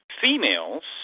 females